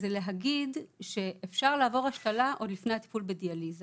זה להגיד שאפשר לעבור השתלה עוד לפני הטיפול בדיאליזה